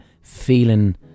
feeling